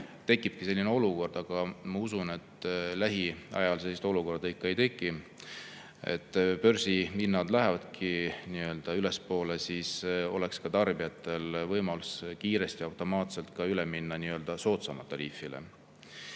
tekibki selline olukord – aga ma usun, et lähiajal sellist olukorda ikka ei teki –, et börsihinnad lähevadki ülespoole, siis oleks tarbijatel ka võimalus kiiresti ja automaatselt üle minna soodsamale tariifile.